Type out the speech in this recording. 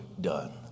done